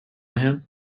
him